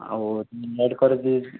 ଆଉ ଲେଟ୍ କରିଦେ